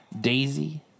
Daisy